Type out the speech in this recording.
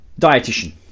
dietitian